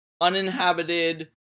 uninhabited